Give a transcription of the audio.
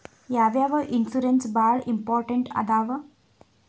ಯಾವ್ಯಾವ ಇನ್ಶೂರೆನ್ಸ್ ಬಾಳ ಇಂಪಾರ್ಟೆಂಟ್ ಅದಾವ?